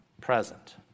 present